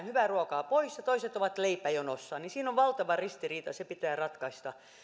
hyvää ruokaa pois ja toiset ovat leipäjonossa niin siinä on valtava ristiriita ja se pitää ratkaista